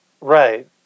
Right